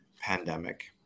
pandemic